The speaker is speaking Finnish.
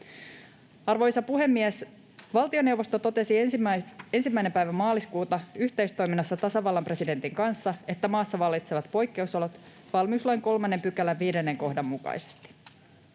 Arvoisa puhemies! Valtioneuvosto totesi 1. päivä maaliskuuta yhteistoiminnassa tasavallan presidentin kanssa, että maassa vallitsevat poikkeusolot valmiuslain 3 §:n 5 kohdan mukaisesti.